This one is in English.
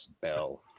bell